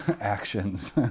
actions